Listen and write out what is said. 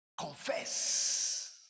confess